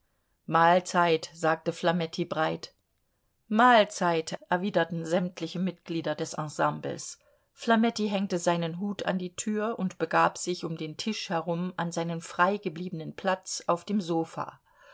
mahlzeit sagte flametti breit mahlzeit erwiderten sämtliche mitglieder des ensembles flametti hängte seinen hut an die tür und begab sich um den tisch herum an seinen frei gebliebenen platz auf dem sofa